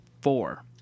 Four